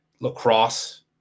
lacrosse